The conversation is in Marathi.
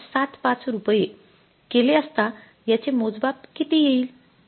७५ रुपये केले असता याचे मोजमाप किती येईल